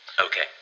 Okay